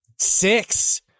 six